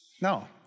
No